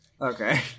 Okay